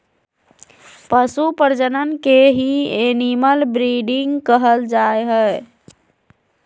पशु प्रजनन के ही एनिमल ब्रीडिंग कहल जा हय